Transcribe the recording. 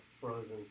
frozen